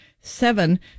Seven